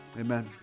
Amen